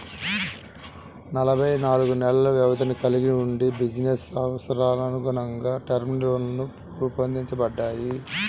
ఎనభై నాలుగు నెలల వ్యవధిని కలిగి వుండి బిజినెస్ అవసరాలకనుగుణంగా టర్మ్ లోన్లు రూపొందించబడ్డాయి